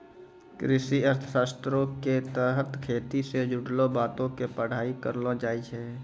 कृषि अर्थशास्त्रो के तहत खेती से जुड़लो बातो के पढ़ाई करलो जाय छै